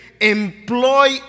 employ